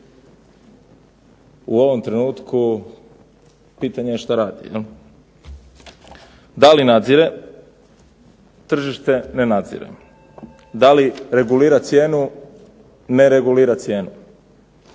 u ovom trenutku pitanje je što radi. Da li nadzire tržište? Ne nadzire. Da li regulira cijenu? Ne regulira cijenu.